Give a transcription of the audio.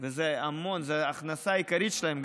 ושזו ההכנסה העיקרית שלהם.